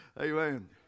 Amen